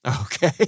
Okay